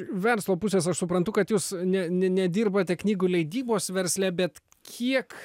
verslo pusės aš suprantu kad jūs ne ne nedirbate knygų leidybos versle bet kiek